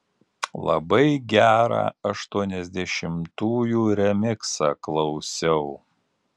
labai gerą aštuoniasdešimtųjų remiksą klausiau